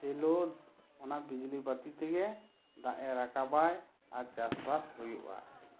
ᱡᱮᱢᱚᱱ ᱥᱮᱞᱳ ᱚᱱᱟ ᱵᱤᱡᱽᱞᱤ ᱵᱟᱛᱤ ᱛᱮᱜᱮ ᱫᱟᱜ ᱮᱭ ᱨᱟᱠᱟᱵᱟᱭ ᱟᱨ ᱪᱟᱥᱵᱟᱥ ᱦᱩᱭᱩᱜᱼᱟ